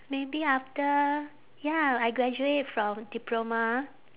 maybe after ya I graduate from diploma